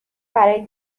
برای